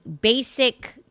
basic